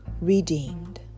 redeemed